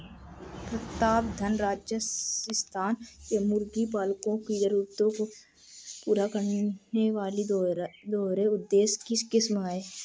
प्रतापधन राजस्थान के मुर्गी पालकों की जरूरतों को पूरा करने वाली दोहरे उद्देश्य की किस्म है